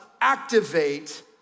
activate